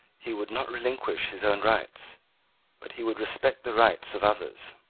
he would not relinquish his own rights but he would respect the rights of others.